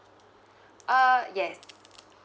uh yes